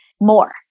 more